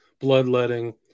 bloodletting